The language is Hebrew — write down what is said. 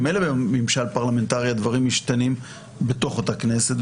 ממילא בממשל פרלמנטרי הדברים משתנים בתוך אותה כנסת,